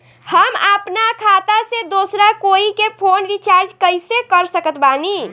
हम अपना खाता से दोसरा कोई के फोन रीचार्ज कइसे कर सकत बानी?